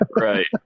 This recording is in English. Right